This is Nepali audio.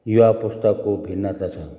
युवा पुस्ताको भिन्नता छ